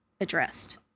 addressed